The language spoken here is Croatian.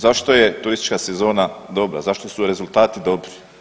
Zašto je turistička sezona dobra, zašto su rezultati dobri?